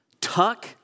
Tuck